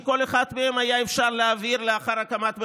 שאת כל אחד מהם היה אפשר להעביר לאחר הקמת ממשלה.